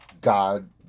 God